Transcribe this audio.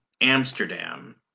Amsterdam